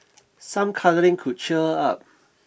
some cuddling could cheer her up